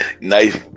Nice